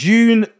June